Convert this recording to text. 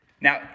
Now